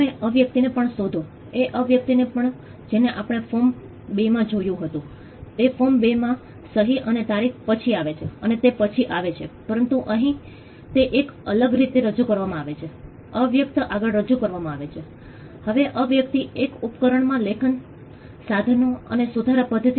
તેથી અમે ઘણાં મેપિંગ્સને કનેક્ટ કરવાની આ કવાયત સમાપ્ત કર્યા પછી અને અમે લોકોને પૂછ્યું કે મહેરબાની કરીને અમને ચિહ્નિત કરો કે તમે જોખમ મેપિંગના આ પ્રોજેક્ટમાં શામેલ છો તે સફળ હતું કે નહીં